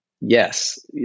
yes